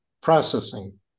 processing